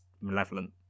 malevolent